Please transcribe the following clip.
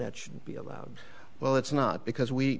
that should be allowed well it's not because we